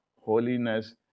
holiness